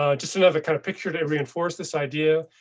ah just another kind of picture to reinforce this idea.